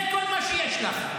זה כל מה שיש לך.